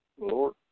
Lord